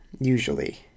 usually